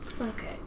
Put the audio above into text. Okay